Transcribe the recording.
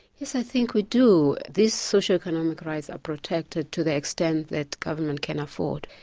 yes i think we do. these socioeconomic rights are protected to the extent that government can afford.